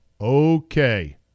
Okay